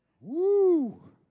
Woo